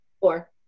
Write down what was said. Four